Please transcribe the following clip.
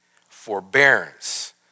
forbearance